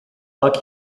elk